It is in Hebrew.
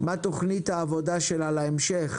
מה תוכנית העבודה שלה להמשך,